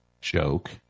joke